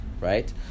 right